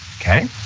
Okay